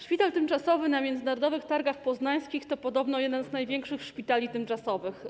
Szpital tymczasowy na terenie Międzynarodowych Targów Poznańskich to podobno jeden z największych szpitali tymczasowych.